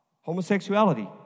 homosexuality